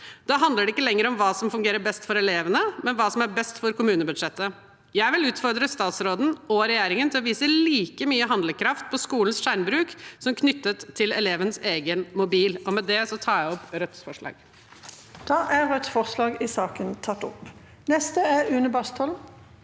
Da handler det ikke lenger om hva som fungerer best for elevene, men hva som er best for kommunebudsjettet. Jeg vil utfordre statsråden og regjeringen til å vise like mye handlekraft på skolens skjermbruk som knyttet til elevenes egen mobil. Med det tar jeg opp Rødts forslag. Presidenten Da har representanten Hege Bae Nyholt